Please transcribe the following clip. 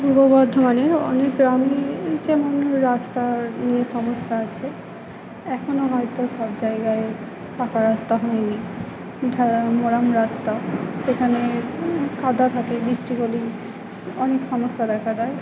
পূর্ব বর্ধমানের অনেক গ্রামে এই যেমন রাস্তা নিয়ে সমস্যা আছে এখনো হয়তো সব জায়গায় পাকা রাস্তা হয় নি রাস্তা সেখানে কাদা থাকে বৃষ্টি হলেই অনেক সমস্যা দেখা দেয়